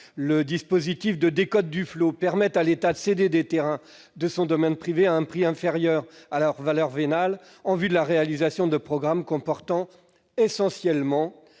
Le dispositif de décote Duflot permet à l'État de céder des terrains de son domaine privé à un prix inférieur à leur valeur vénale, en vue de la réalisation de programmes comportant « essentiellement